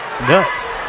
nuts